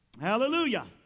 Hallelujah